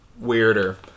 weirder